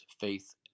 faith